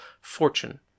fortune